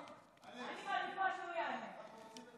אני מעדיפה שהוא יענה.